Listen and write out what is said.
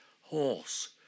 horse